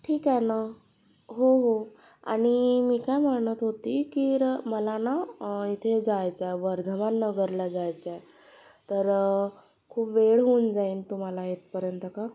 ठीक आहे नं हो हो आणि मी काय म्हणत होती की र मला ना इथे जायचंय वर्धमाननगरला जायचंय तर खूप वेळ होऊन जाईन तुम्हाला इथपर्यंत का